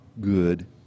good